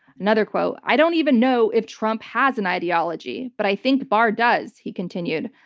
another quote, i don't even know if trump has an ideology, but i think barr does. he continued.